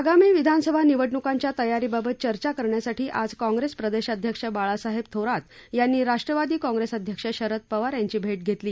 आगामी विधानसभा निवडणुकांच्या तयारीबाबत चर्चा करण्यासाठी आज काँग्रेस प्रदेश अध्यक्ष बाळासाहेब थोरात यांनी राष्ट्रवादी काँप्रेस अध्यक्ष शरद पवार यांची भेट घेतली